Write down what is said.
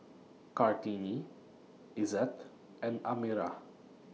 Kartini Izzat and Amirah